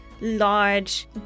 large